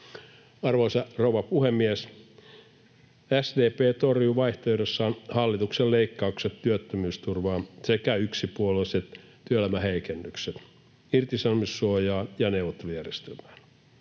Arvoisa rouva puhemies! SDP torjui vaihtoehdossaan hallituksen leikkaukset työttömyysturvaan sekä yksipuoliset työelämäheikennykset irtisanomissuojaan ja neuvottelujärjestelmään.